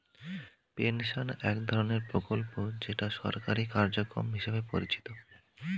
pension এক ধরনের প্রকল্প যেটা সরকারি কার্যক্রম হিসেবে পরিচিত